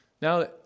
Now